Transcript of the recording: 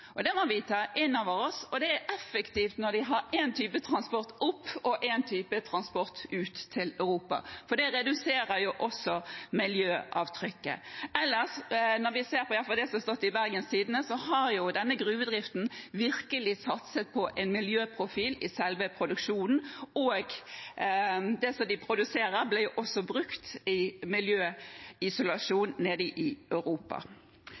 og det må vi ta inn over oss. Det er effektivt når de har én type transport opp og én type transport ut til Europa, for det reduserer også miljøavtrykket. Ellers – i hvert fall når vi ser på det som har stått i Bergens Tidende – har denne gruvedriften virkelig satset på en miljøprofil i selve produksjonen. Det de produserer, blir også brukt i miljøisolasjon nede i Europa.